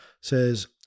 says